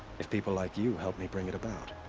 if people like you help me bring it about.